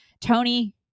Tony